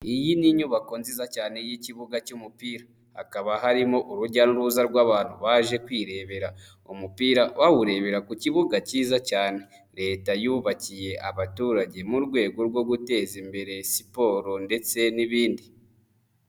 Iyi ni inyubako nziza cyane y'ikibuga cy'umupira, hakaba harimo urujya n'uruza rw'abantu baje kwirebera umupira bawurebera ku kibuga kiza cyane leta yubakiye abaturage, mu rwego rwo guteza imbere siporo ndetse n'ibindi.